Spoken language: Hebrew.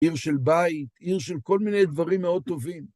עיר של בית, עיר של כל מיני דברים מאוד טובים.